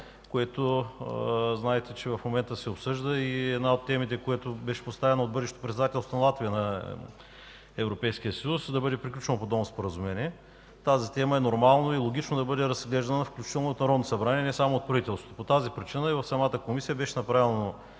който знаете, че в момента се обсъжда и е една от темите, която беше поставена от бъдещото председателство на Латвия на Европейския съюз – да бъде приключено подобно споразумение. Тази тема е нормално и логично да бъде разглеждана, включително от Народното събрание, а не само от правителството. По тази причина в самата Комисия беше направено